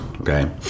Okay